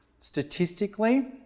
statistically